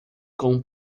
com